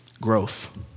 growth